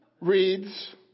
reads